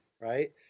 right